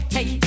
Hey